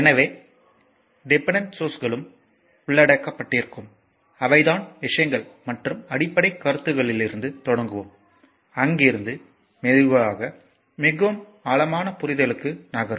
எனவே டிபெண்டன்ட் சோர்ஸ்களும் உள்ளடக்கப்பட்டிருக்கும் அவைதான் விஷயங்கள் மற்றும் அடிப்படைக் கருத்துகளிலிருந்து தொடங்குவோம் அங்கிருந்து மெதுவாக மிகவும் ஆழமான புரிதலுக்கு நகரும்